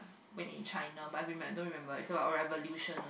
when in China but I remember don't remember is about revolution